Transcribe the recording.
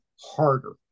harder